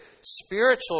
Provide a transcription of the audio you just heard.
spiritual